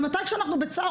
ממתי כשאנחנו בצער,